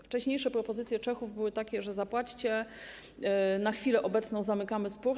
Wcześniejsze propozycje Czechów były takie: zapłaćcie, na chwilę obecną zamykamy spór.